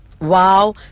wow